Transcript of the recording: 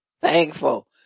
thankful